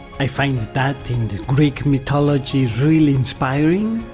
i find that in the greek mythology really inspiring!